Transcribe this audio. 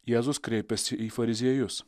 jėzus kreipiasi į fariziejus